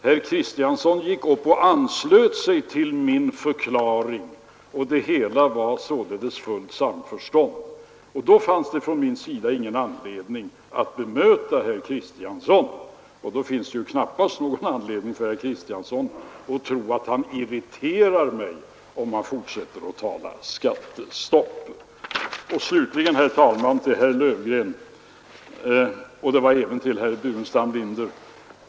Herr Kristiansson anslöt sig till min förklaring, och fullt samförstånd rådde således. Då fanns det inte någon anledning för mig att bemöta herr Kristiansson; och då finns det knappast något skäl för herr Kristiansson att tro att han irriterar mig om han fortsätter att tala skattestopp. Slutligen, herr talman, vill jag rikta mig till herrar Löfgren och Burenstam Linder.